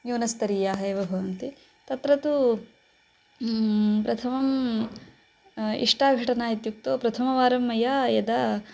न्यूनस्तरीयाः एव भवन्ति तत्र तु प्रथमम् इष्टा घटना इत्युक्तौ प्रथमवारं मया यदा